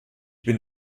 bin